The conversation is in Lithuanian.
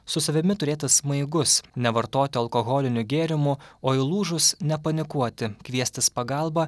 su savimi turėti smaigus nevartoti alkoholinių gėrimų o įlūžus nepanikuoti kviestis pagalbą